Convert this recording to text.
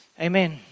Amen